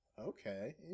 Okay